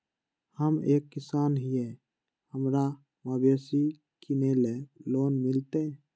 हम एक किसान हिए हमरा मवेसी किनैले लोन मिलतै?